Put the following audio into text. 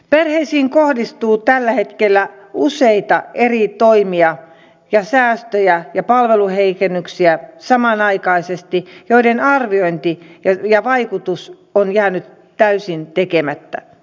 perheisiin kohdistuu tällä hetkellä samanaikaisesti useita eri toimia säästöjä ja palveluheikennyksiä joiden vaikutusarviointi on jäänyt täysin tekemättä